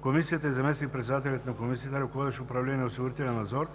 комисията и заместник-председателят на комисията, ръководещ Управление „Осигурителен надзор“,